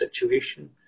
situation